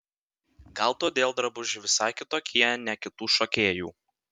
gal todėl drabužiai visai kitokie ne kitų šokėjų